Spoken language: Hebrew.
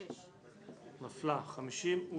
6 נמנעים,